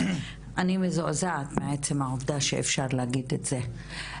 אני מזועזעת מעצם העובדה שאפשר להגיד את זה,